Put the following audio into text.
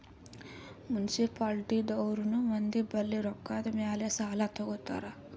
municipality ದವ್ರನು ಮಂದಿ ಬಲ್ಲಿ ರೊಕ್ಕಾದ್ ಮ್ಯಾಲ್ ಸಾಲಾ ತಗೋತಾರ್